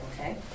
okay